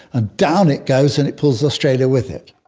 ah down it goes and it pulls australia with it.